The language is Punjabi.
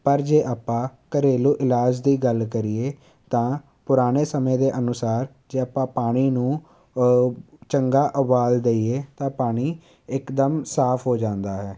ਪਰ ਜੇ ਆਪਾਂ ਘਰੇਲੂ ਇਲਾਜ ਦੀ ਗੱਲ ਕਰੀਏ ਤਾਂ ਪੁਰਾਣੇ ਸਮੇਂ ਦੇ ਅਨੁਸਾਰ ਜੇ ਆਪਾਂ ਪਾਣੀ ਨੂੰ ਚੰਗਾ ਉਬਾਲ ਦਈਏ ਤਾਂ ਪਾਣੀ ਇੱਕਦਮ ਸਾਫ ਹੋ ਜਾਂਦਾ ਹੈ